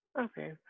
Okay